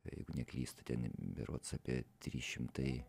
jeigu neklystu ten berods apie trys šimtai